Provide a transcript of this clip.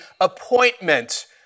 appointment